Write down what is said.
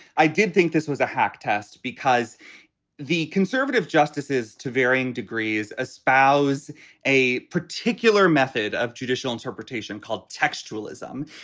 i did think this was a hack test because the conservative justices, to varying degrees, espouse a particular method of judicial interpretation called textualism.